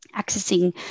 accessing